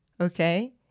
okay